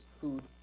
food